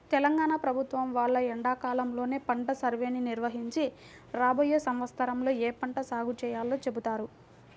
తెలంగాణ ప్రభుత్వం వాళ్ళు ఎండాకాలంలోనే పంట సర్వేని నిర్వహించి రాబోయే సంవత్సరంలో ఏ పంట సాగు చేయాలో చెబుతారు